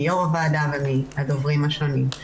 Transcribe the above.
מיו"ר הוועדה ומהדוברים השונים.